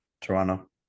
toronto